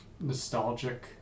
nostalgic